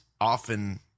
often